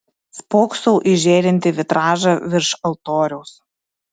spoksau į žėrintį vitražą virš altoriaus